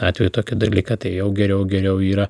atveju tokį dalyką tai jau geriau geriau yra